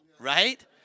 Right